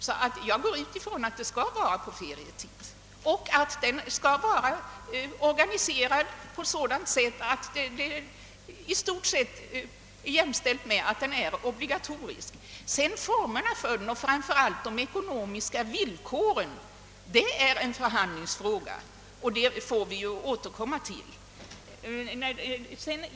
Jag utgår därför från att fortbildningen skall äga rum på ferietid och att den skall på så sätt vara obligatorisk att den ingår som ett led i lärarutbildningen. Formerna för utbildningen och framför allt de ekonomiska villkoren är en förhandlingsfråga, som vi får återkomma till.